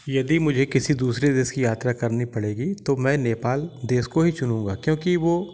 यदि मुझे किसी दूसरे देश कि यात्रा करनी पड़ेगी तो मैं नेपाल देश को ही चुनूँगा क्योंकि वो